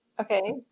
Okay